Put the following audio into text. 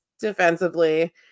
defensively